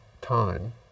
time